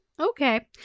Okay